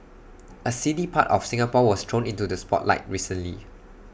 A seedy part of Singapore was thrown into the spotlight recently